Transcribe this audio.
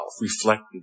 reflecting